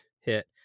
hit